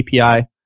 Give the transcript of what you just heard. API